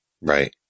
Right